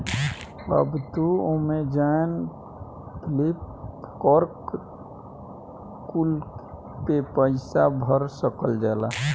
अब तू Amazon, Flipkart कुल पे पईसा भर सकल जाला